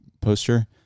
poster